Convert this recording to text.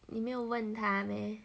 你没有问他 meh